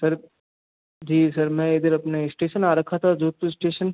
sir ji sir मैं इधर अपने स्टेशन आ रखा था जोधपुर स्टेशन